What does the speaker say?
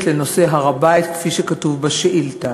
לנושא הר-הבית כפי שכתוב בשאילתה.